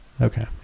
Okay